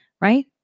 right